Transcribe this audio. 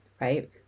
right